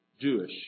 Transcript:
Jewish